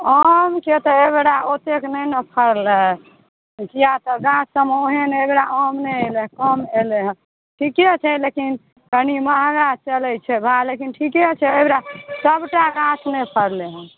आम से तऽ अहिबेरा ओतेक नहि ने फड़लै किया तऽ गाछ सबमे ओहन एहिबेरा आम नहि एलै कम एलै हँ ठीके छै लेकिन कनी महगा चलै छै भा लेकिन ठीके छै एहिबेरा सबटा गाछ नहि फड़लै हँ